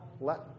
let